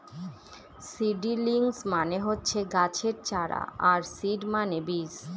seedlings মানে হচ্ছে গাছের চারা আর সিড মানে বীজ